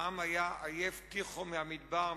העם היה עייף טיכו מן המדבר,